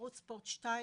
ערוץ ספורט שתיים,